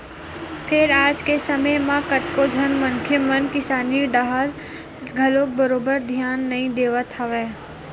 फेर आज के समे म कतको झन मनखे मन किसानी डाहर घलो बरोबर धियान नइ देवत हवय